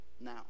now